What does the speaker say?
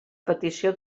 petició